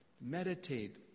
Meditate